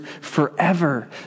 forever